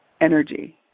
energy